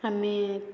ଆମେ